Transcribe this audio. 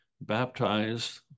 baptized